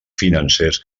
financers